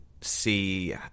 see